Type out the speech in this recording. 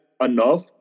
enough